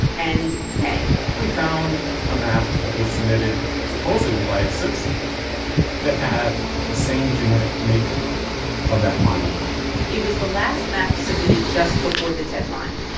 and, bang we found a map that was submitted supposedly by a citizen that had the same genetic makeup of that final map it was the last map submitted just before the deadline.